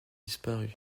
disparu